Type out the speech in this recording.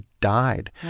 died